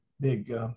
big